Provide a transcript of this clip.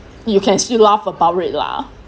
you can still laugh about it lah